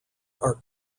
are